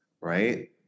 right